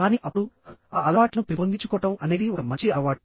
కానీ అప్పుడు ఆ అలవాట్లను పెంపొందించుకోవడం అనేది ఒక మంచి అలవాటు